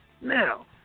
Now